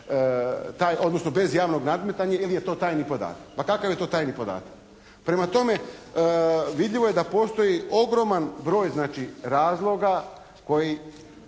odnosno bez javnog nadmetanja jer je to tajni podatak. Pa kakav je to tajni podatak? Prema tome vidljivo je da postoji ogroman broj razloga koji